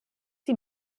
sie